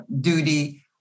duty